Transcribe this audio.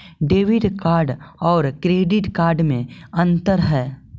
Debit card और credit card में अन्तर है?